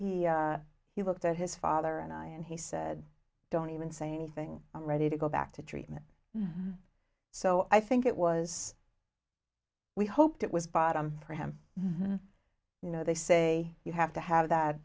he looked at his father and i and he said don't even say anything i'm ready to go back to treatment so i think it was we hoped it was bottom for him you know they say you have to have that